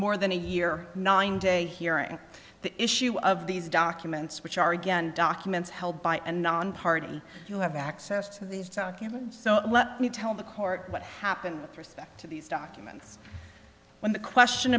more than a year nine day hearing the issue of these documents which are again documents held by and nonparty who have access to these documents so let me tell the court what happened with respect to these documents when the question